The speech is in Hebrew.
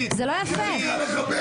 זה נקרא לכבד?